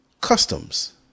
customs